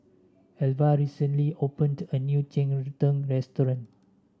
Elva recently opened a new Cheng Tng restaurant